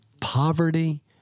poverty